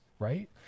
Right